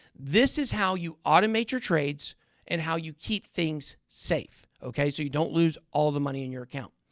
this is how you automate your trades and how you keep things safe. okay? so you don't lose all the money in your account.